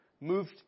moved